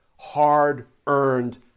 hard-earned